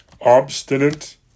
Obstinate